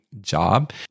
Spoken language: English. job